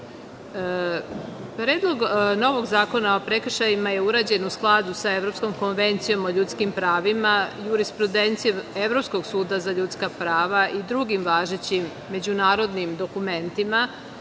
godine. Predlog novog zakona o prekršajima je urađen u skladu sa Evropskom konvencijom o ljudskim pravima i jurisprudencijom Evropskog suda za ljudska prava i drugim važećim međunarodnim dokumentima